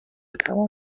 تمام